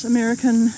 American